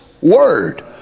word